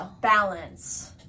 Balance